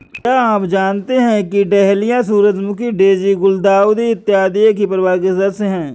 क्या आप जानते हैं कि डहेलिया, सूरजमुखी, डेजी, गुलदाउदी इत्यादि एक ही परिवार के सदस्य हैं